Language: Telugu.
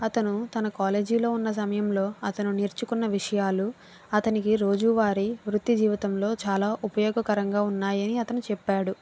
అతను తన కాలేజీలో ఉన్న సమయంలో అతను నేర్చుకున్న విషయాలు అతనికి రోజూవారి వృత్తి జీవితంలో చాలా ఉపయోగకరంగా ఉన్నాయి అని అతను చెప్పాడు